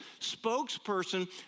spokesperson